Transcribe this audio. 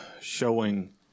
showing